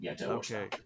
Okay